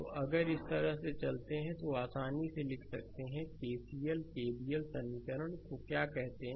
तो अगर इस तरह से चलते हैं तो आसानी से लिख सकते हैं कि आर केसीएल केवीएल समीकरण को क्या कहते हैं